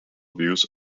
views